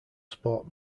sport